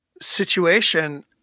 Situation